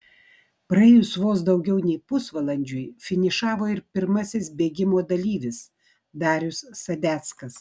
praėjus vos daugiau nei pusvalandžiui finišavo ir pirmasis bėgimo dalyvis darius sadeckas